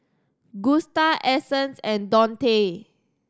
Gusta Essence and Dontae